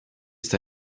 ist